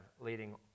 leading